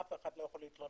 אף אחד לא יכול להתלונן.